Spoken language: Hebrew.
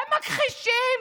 הם מכחישים.